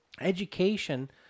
Education